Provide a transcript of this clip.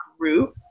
group